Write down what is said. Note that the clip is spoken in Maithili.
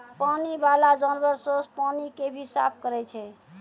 पानी बाला जानवर सोस पानी के भी साफ करै छै